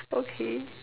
okay